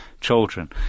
children